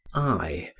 i,